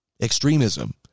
extremism